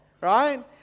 right